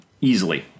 Easily